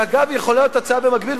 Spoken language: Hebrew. שאגב יכולה להיות הצעה במקביל,